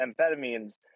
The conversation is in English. amphetamines